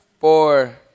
four